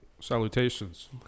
Salutations